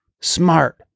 Smart